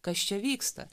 kas čia vyksta